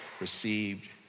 received